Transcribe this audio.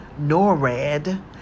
NORAD